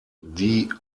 die